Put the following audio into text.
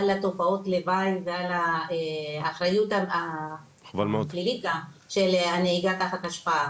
על התופעות לוואי ועל האחריות של הנהיגה תחת השפעה,